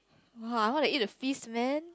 !wah! I want to eat a feast man